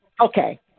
Okay